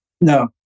No